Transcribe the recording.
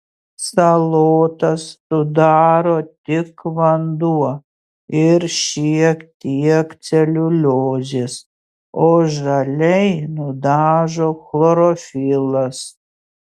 salotas sudaro tik vanduo ir šiek tiek celiuliozės o žaliai nudažo chlorofilas